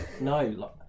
no